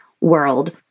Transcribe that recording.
world